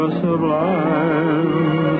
sublime